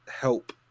help